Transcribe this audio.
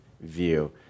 view